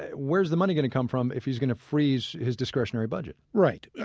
ah where is the money going to come from if he's going to freeze his discretionary budget? right. yeah